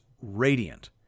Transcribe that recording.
radiant